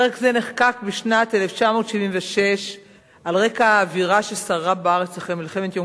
פרק זה נחקק בשנת 1976 על רקע האווירה ששררה בארץ אחרי מלחמת יום